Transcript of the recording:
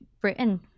Britain